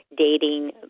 dating